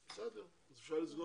בסדר, ישיבת